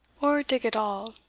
or dig at all.